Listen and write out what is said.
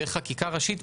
בחקיקה ראשית.